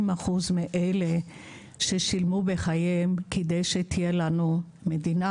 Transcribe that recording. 20% מאלה ששלמו בחייהם במהלך מלחמת העצמאות כדי שתהיה לנו מדינה,